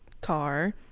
car